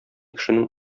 кешенең